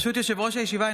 ברשות יושב-ראש הישיבה,